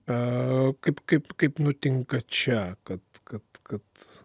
na kaip kaip kaip nutinka čia kad kad